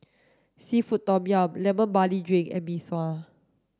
seafood tom yum lemon barley drink and Mee Sua